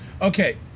Okay